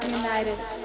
united